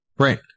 Right